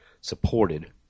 supported